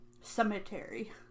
Cemetery